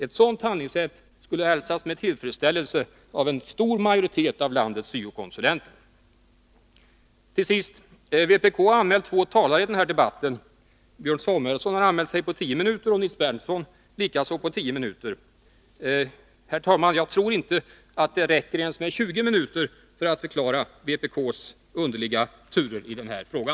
Ett sådant handlingssätt skulle hälsas med tillfredsställelse av en stor majoritet av landets syo-konsulenter. Till sist. Vpk har två talare anmäla i denna debatt — Björn Samuelson har anmält sig för tio minuter och Nils Berndtson likaså för tio minuter. Herr talman! Jag tror inte att det räcker ens med tjugo minuter för att förklara vpk:s underliga turer i denna fråga.